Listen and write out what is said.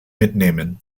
mitnehmen